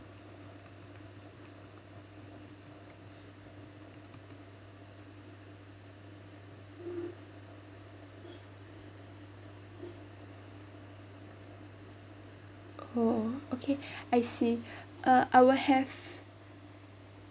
oh okay I see uh I'll have